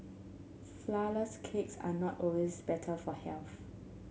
flourless cakes are not always better for health